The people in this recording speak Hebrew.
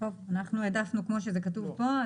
אנחנו העדפנו כמו שזה כתוב פה,